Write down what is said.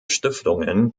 stiftungen